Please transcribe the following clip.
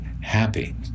happy